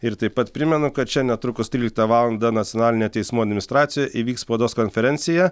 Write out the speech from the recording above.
ir taip pat primenu kad čia netrukus tryliktą valandą nacionalinėje teismų administracijoje įvyks spaudos konferencija